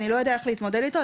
אני לא יודע איך להתמודד איתו,